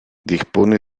dispone